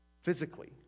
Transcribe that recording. Physically